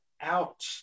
out